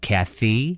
Kathy